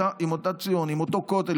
עם אותו כותל,